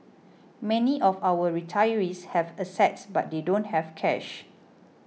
many of our retirees have assets but they don't have cash